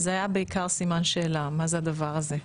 זה היה בעיקר סימן שאלה, מה זה הדבר הזה?